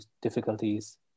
difficulties